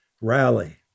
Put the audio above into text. Rally